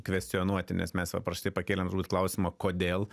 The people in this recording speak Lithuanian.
kvestionuoti nes mes va prieš tai pakėlėm turbūt klausimą kodėl